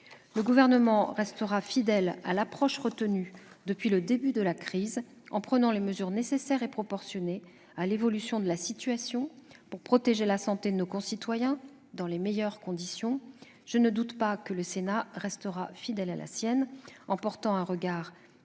Le Gouvernement restera fidèle à l'approche retenue depuis le début de la crise, en prenant les mesures nécessaires et proportionnées à l'évolution de la situation pour protéger la santé de nos concitoyens dans les meilleures conditions. Je ne doute pas que le Sénat restera fidèle à la sienne, en portant un regard sévère,